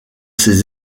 ses